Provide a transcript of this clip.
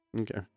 okay